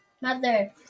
Mother